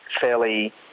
fairly